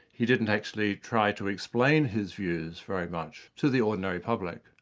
he didn't actually try to explain his views very much to the ordinary public.